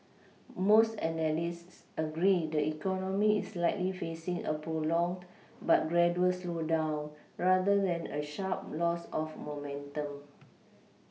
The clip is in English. most analysts agree the economy is likely facing a prolonged but gradual slowdown rather than a sharp loss of momentum